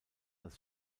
als